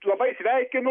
labai sveikinu